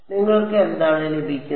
നിങ്ങൾക്ക് എന്താണ് ലഭിക്കുന്നത്